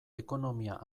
ekonomia